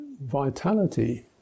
vitality